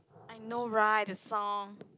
I know right the song